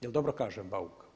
Je li dobro kažem Bauk?